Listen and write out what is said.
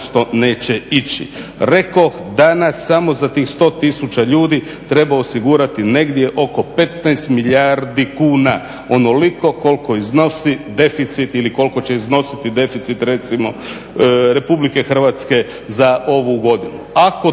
neće ići. Rekoh danas samo za tih 100 000 ljudi treba osigurati negdje oko 15 milijardi kuna, onoliko koliko iznosi deficit ili koliko će iznositi deficit recimo Republike Hrvatske za ovu godinu.